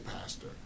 pastor